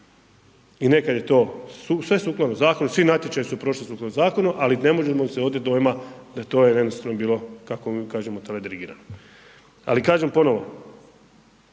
I nekad je to sve sukladno zakonu, svi natječaji su prošli sukladno zakonu, ali ne možemo se otet dojma da to je jednostavno bilo kako mi kažemo teledirigirano. Ali kažem ponovo,